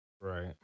Right